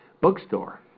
bookstore